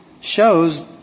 shows